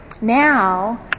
Now